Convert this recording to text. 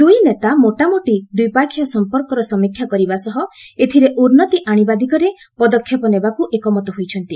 ଦୂଇ ନେତା ମୋଟାମୋଟି ଦ୍ୱିପକ୍ଷୀୟ ସମ୍ପର୍କର ସମୀକ୍ଷା କରିବା ସହ ଏଥିରେ ଉନ୍ନତି ଆଣିବା ଦିଗରେ ପଦକ୍ଷେପ ନେବାକୁ ଏକମତ ହୋଇଛନ୍ତି